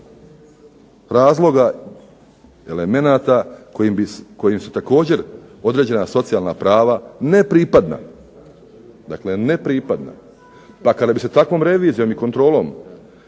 razloga elemenata kojim se također određena socijalna prava ne pripadna. Pa kada bi se takvom revizijom i kontrolom